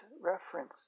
reference